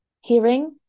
hearing